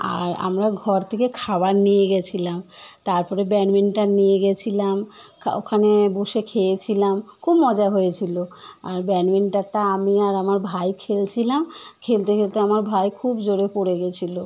আর আমরা ঘর থেকে খাবার নিয়ে গিয়েছিলাম তারপরে ব্যাডমিন্টান নিয়ে গেছিলাম খা ওখানে বসে খেয়েছিলাম খুব মজা হয়েছিলো আর ব্যাডমিন্টারটা আমি আর আমার ভাই খেলছিলাম খেলতে খেলতে আমার ভাই খুব জোরে পড়ে গেছিলো